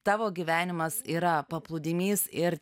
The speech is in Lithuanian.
tavo gyvenimas yra paplūdimys ir